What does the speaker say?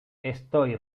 estoy